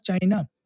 China